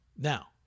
Now